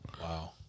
Wow